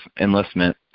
enlistment